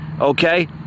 okay